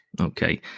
okay